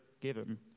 given